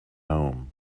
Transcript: home